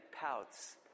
pouts